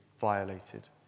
violated